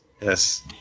Yes